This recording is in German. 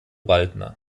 waldner